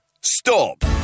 Stop